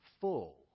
full